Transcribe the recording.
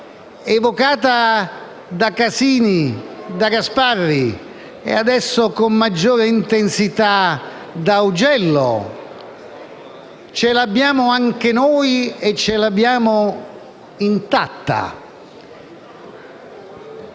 evocata da Casini, da Gasparri e adesso, con maggiore intensità, da Augello, l'abbiamo anche noi e l'abbiamo intatta.